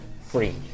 free